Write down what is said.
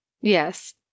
Yes